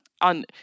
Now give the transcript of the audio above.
On